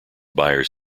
buyers